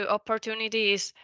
opportunities